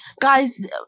Guys